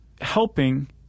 helping